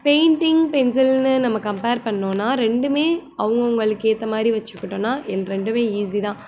painting பென்சில்ன்னு நம்ம compare பண்ணிணோன்னா ரெண்டுமே அவுங்கவங்களுக்கு ஏற்ற மாதிரி வச்சுக்கிட்டோன்னா என் ரெண்டுமே ஈஸி தான்